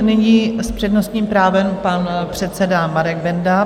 Nyní s přednostním právem pan předseda Marek Benda.